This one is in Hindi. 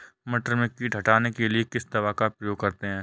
मटर में कीट हटाने के लिए किस दवा का प्रयोग करते हैं?